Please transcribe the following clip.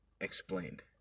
explained